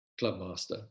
clubmaster